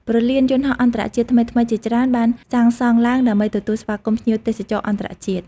ព្រលានយន្តហោះអន្តរជាតិថ្មីៗជាច្រើនត្រូវបានសាងសង់ឡើងដើម្បីទទួលស្វាគមន៍ភ្ញៀវទេសចរអន្តរជាតិ។